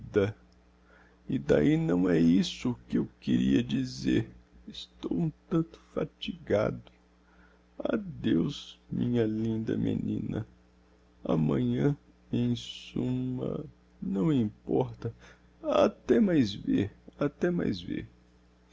e d'ahi não é isso que eu queria dizer estou um tanto fatigado adeus minha linda menina amanhã em sum ma não importa até mais ver até mais ver